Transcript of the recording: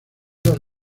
dos